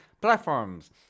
platforms